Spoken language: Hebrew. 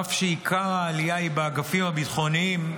אף שעיקר העלייה היא באגפים הביטחוניים,